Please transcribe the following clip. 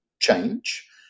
change